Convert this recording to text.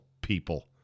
people